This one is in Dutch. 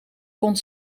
kon